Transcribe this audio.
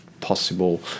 possible